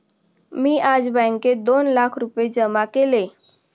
मी आज बँकेत दोन लाख रुपये जमा केले